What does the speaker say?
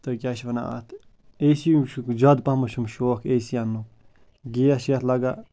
تہٕ کیٛاہ چھِ وَنان اَتھ اے سی یُک چھُکھ زیادٕ پہَتھ چھُم شوق اے سی انٛنُک گیس یَتھ لَگان